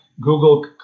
Google